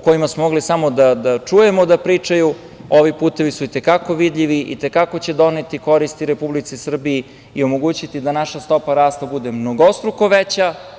kojima smo mogli samo da čujemo da pričaju, ovi putevi su i te kako vidljivi, i te kako će doneti korist Republici Srbiji i omogućiti da naša stopa rasta bude mnogostruko veća.